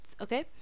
Okay